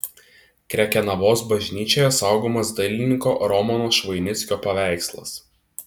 krekenavos bažnyčioje saugomas dailininko romano švoinickio paveikslas